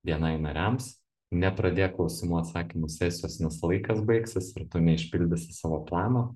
bni nariams nepradėk klausimų atsakymų sesijos nes laikas baigsis ir tu neišpildysi savo plano